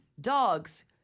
dogs